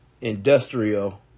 industrial